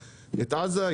עזה,